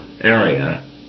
area